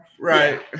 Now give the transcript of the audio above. Right